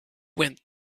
went